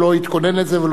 ולא הכנו אותו.